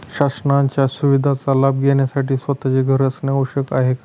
शासनाच्या सुविधांचा लाभ घेण्यासाठी स्वतःचे घर असणे आवश्यक आहे का?